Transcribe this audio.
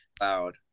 loud